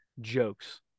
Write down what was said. jokes